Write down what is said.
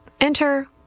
Enter